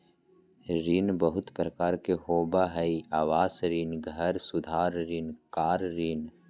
ऋण बहुत प्रकार के होबा हइ आवास ऋण, घर सुधार ऋण, कार ऋण